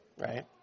Right